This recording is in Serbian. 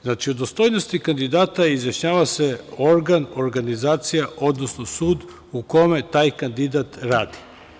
Znači o dostojnosti kandidata izjašnjava se organ, organizacija, odnosno sud u kome taj kandidat radi.